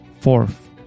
Fourth